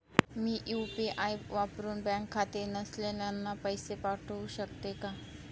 मी UPI वापरुन bank खाते नसलेल्यांना पैसे पाठवू शकते का?